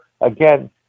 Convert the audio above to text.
again